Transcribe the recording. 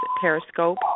Periscope